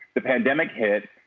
the pandemic hit.